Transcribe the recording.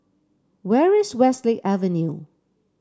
where is Westlake Avenue